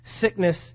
sickness